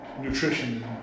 nutrition